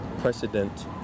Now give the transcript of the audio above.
Precedent